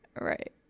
right